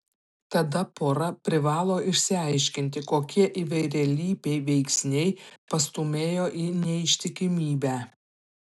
tada pora privalo išsiaiškinti kokie įvairialypiai veiksniai pastūmėjo į neištikimybę